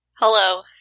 Hello